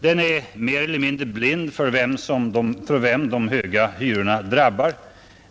Den är blind för vem de höga hyrorna drabbar.